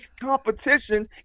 competition